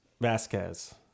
Vasquez